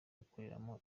gukoreramo